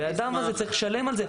הבן אדם הזה צריך לשלם על זה.